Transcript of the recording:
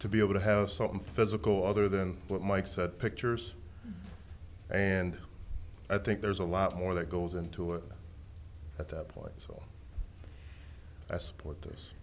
to be able to have something physical other than what mike said pictures and i think there's a lot more that goes into it at that point so i support this